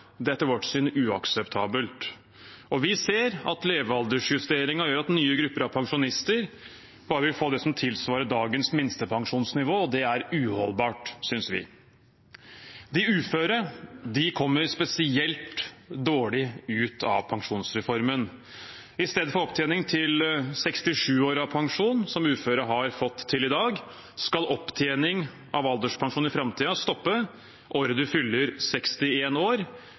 er etter vårt syn uakseptabelt. Vi ser at levealdersjusteringen gjør at nye grupper av pensjonister bare vil få det som tilsvarer dagens minstepensjonsnivå, og det er uholdbart, synes vi. De uføre kommer spesielt dårlig ut av pensjonsreformen. Istedenfor opptjening av pensjon til 67 år, som uføre har fått til i dag, skal opptjening av alderspensjon i framtiden stoppe det året man fyller 61 år.